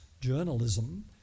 journalism